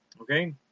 Okay